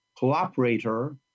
cooperator